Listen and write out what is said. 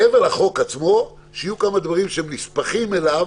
מעבר לחוק עצמו, שיהיו כמה דברים שהם נספחים אליו